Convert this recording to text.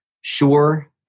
sure